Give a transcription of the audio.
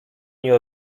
nie